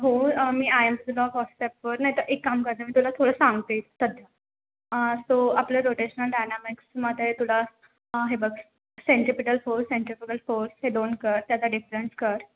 हो मी वर नाहीतर एक काम करते मी तुला थोडं सांगते सध्या सो आपलं रोटेशनल डायनॅमिक्समध्ये तुला हे बघ सेंटीप्रिटर फोर सेंटीप्रिटर फोर हे दोन कर त्याचा डिफरन्स कर